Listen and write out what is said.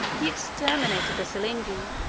he exterminated the silingi,